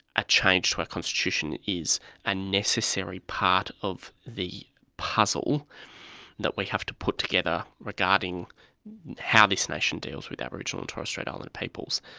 a change to our constitution is a necessary part of the puzzle that we have to put together regarding how this nation deals with aboriginal and torres strait islander um and peoples.